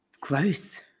gross